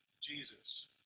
Jesus